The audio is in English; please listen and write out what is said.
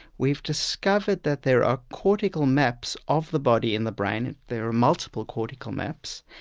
we've discovered that there are cortical maps of the body in the brain, and there are multi-cortical maps,